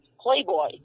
Playboy